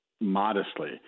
modestly